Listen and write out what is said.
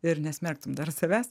ir nesmerktum dar savęs